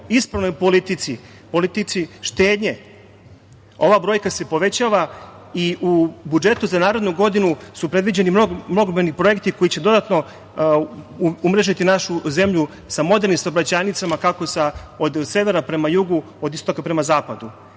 ispravnoj politici, politici štednje, ova brojka se povećava i u budžetu za narednu godinu su predviđeni mnogobrojni projekti koji će dodatno umrežiti našu zemlju sa modernim saobraćajnicama, kako od severa prema jugu, od istoka prema zapadu. Neki